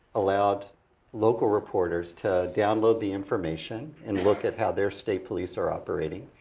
allowed local reporters to download the information. and look at how their state police are operating.